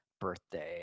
birthday